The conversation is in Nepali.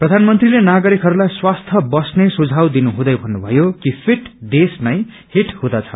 प्रधानमन्त्रीले नागरिकहस्लाई स्वास्थ्य बस्ने सुझाउ दिनुहुँदै भन्नुभयो कि फिट देश नै हिट हुँदछ